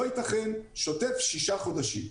לא ייתכן תשלום של שוטף 6 חודשים.